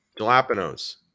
Jalapenos